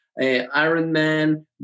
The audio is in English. Ironman